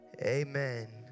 amen